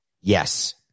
Yes